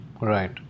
Right